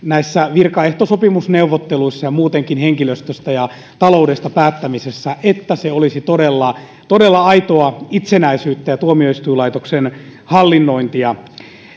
virkaehtosopimusneuvotteluissa ja muutenkin henkilöstöstä ja taloudesta päättämisessä niin että se todella olisi aitoa itsenäisyyttä ja tuomioistuinlaitoksen hallinnointia